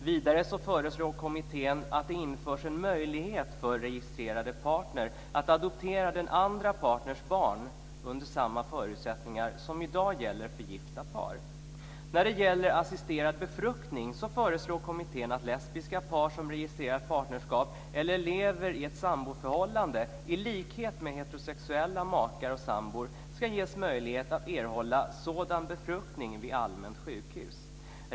Vidare föreslår kommittén att det införs en möjlighet för registrerade partner att adoptera den andra partnerns barn under samma förutsättningar som i dag gäller för gifta par. När det gäller assisterad befruktning föreslår kommittén att lesbiska par som registrerat partnerskap eller lever i ett samboförhållande i likhet med heterosexuella makar och sambor ska ges möjlighet att erhålla sådan befruktning vid allmänt sjukhus.